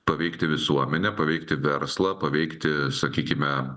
paveikti visuomenę paveikti verslą paveikti sakykime